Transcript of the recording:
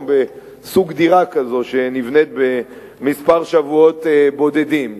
בסוג דירה כזאת שנבנית במספר שבועות בודדים.